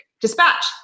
Dispatch